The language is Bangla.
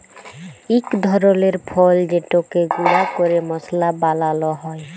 ইক ধরলের ফল যেটকে গুঁড়া ক্যরে মশলা বালাল হ্যয়